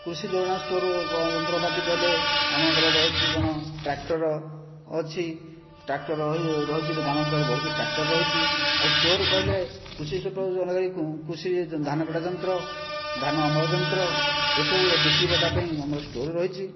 କୃଷି ଯେଉଁ ଗୁଡ଼ା ଷ୍ଟୋରରୁ ଯନ୍ତ୍ରପାତି କହିଲେ ଆମ ଘର ରହିଛି କ'ଣ ଟ୍ରାକ୍ଟର ଅଛି ଟ୍ରାକ୍ଟର ରହିଛି ଗ୍ରାମାଞ୍ଚଳରେ ବହୁତ ଟ୍ରାକ୍ଟର ରହିଛି ଆଉ ଷ୍ଟୋର କହିଲେ କୃଷି ଜନହିତକାରୀ ଧାନ କଟା ଯନ୍ତ୍ର ଧାନ ଅମଳ ଯନ୍ତ୍ର ଏହିସବୁ ବିକ୍ରିବଟା ପାଇଁ ଆମ ଷ୍ଟୋର ରହିଛି